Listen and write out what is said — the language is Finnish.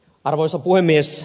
arvoisa puhemies